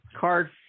Card